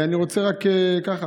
אני רוצה רק ככה,